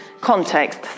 context